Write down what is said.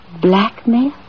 blackmail